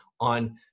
on